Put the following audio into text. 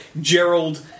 Gerald